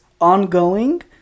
ongoing